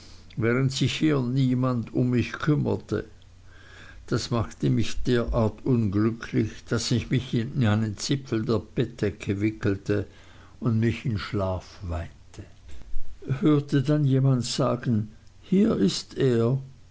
während sich hier niemand um mich kümmerte das machte mich derart unglücklich daß ich mich in einen zipfel der bettdecke wickelte und mich in schlaf weinte hörte dann jemand sagen hier ist er